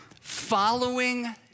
Following